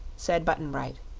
said button-bright.